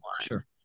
Sure